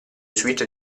suite